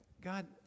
God